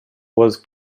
was